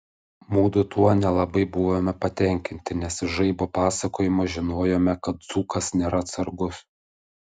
mudu tuo nelabai buvome patenkinti nes iš žaibo pasakojimo žinojome kad dzūkas nėra atsargus